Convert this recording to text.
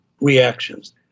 reactions